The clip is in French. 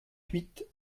huit